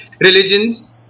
religions